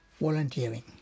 volunteering